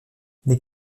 les